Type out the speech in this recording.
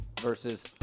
versus